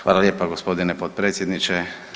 Hvala lijepa g. potpredsjedniče.